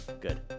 Good